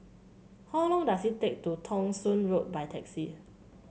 how long does it take to Thong Soon Road by taxi